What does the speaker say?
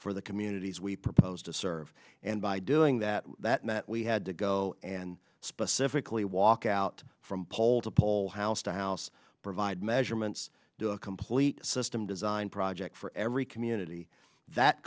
for the communities we proposed to serve and by doing that that meant we had to go and specifically walk out from pole to pole house to house provide measurements do a complete system design project for every community that